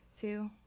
two